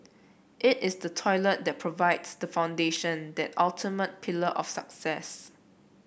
it is the toilet that provides the foundation that ultimate pillar of success